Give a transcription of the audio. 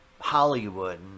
Hollywood